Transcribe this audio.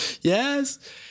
Yes